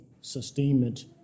sustainment